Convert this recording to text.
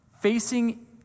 Facing